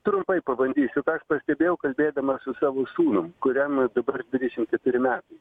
trumpai pabandysiu ką aš pastebėjau kalbėdamas su savo sūnum kuriam dabar dvidešim keturi metai